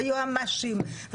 יועמ"שים,